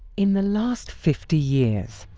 in the last fifty years,